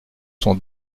son